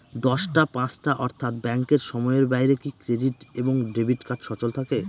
দশটা পাঁচটা অর্থ্যাত ব্যাংকের সময়ের বাইরে কি ক্রেডিট এবং ডেবিট কার্ড সচল থাকে?